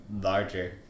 larger